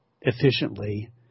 efficiently